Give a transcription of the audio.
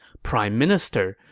prime minister,